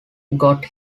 got